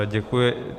Děkuji.